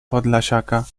podlasiaka